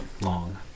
Long